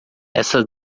esta